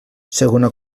segona